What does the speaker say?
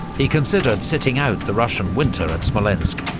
he considered sitting out the russian winter at smolensk,